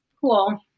Cool